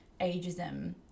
ageism –